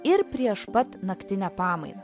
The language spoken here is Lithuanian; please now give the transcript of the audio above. ir prieš pat naktinę pamainą